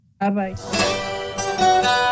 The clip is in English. bye-bye